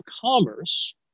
Commerce